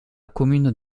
commune